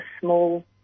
small